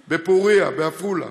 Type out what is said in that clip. בפוריה, בעפולה,